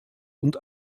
und